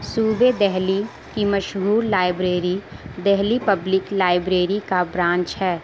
صوبہ دہلی کی مشہور لائبریری دہلی پبلک لائبریری کا برانچ ہے